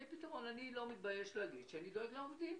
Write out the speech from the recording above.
אני לא מתבייש להגיד שאני דואג לעובדים.